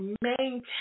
maintain